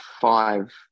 five